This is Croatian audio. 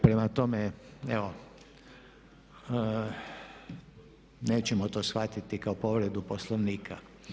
Prema tome, evo nećemo to shvatiti kao povredu Poslovnika.